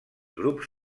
grups